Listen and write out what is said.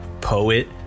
poet